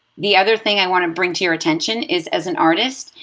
the other thing i want to bring to your attention is, as an artist,